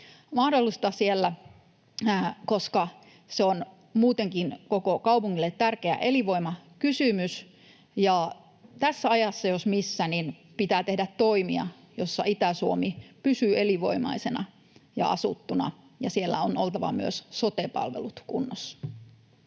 mahdollisuutta, koska se on muutenkin koko kaupungille tärkeä elinvoimakysymys. Tässä ajassa, jos missä, pitää tehdä toimia, joilla Itä-Suomi pysyy elinvoimaisena ja asuttuna, ja siellä on oltava myös sote-palvelut kunnossa.